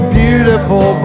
beautiful